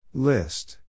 List